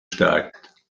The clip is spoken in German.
steigt